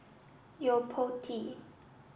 Yo Po Tee